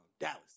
Dallas